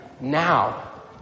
now